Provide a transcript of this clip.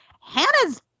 Hannah's